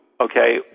okay